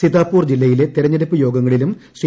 സിതാപൂർ ജില്ല യിലെ തിരഞ്ഞെടുപ്പ് യോഗങ്ങളിലും ശ്രീ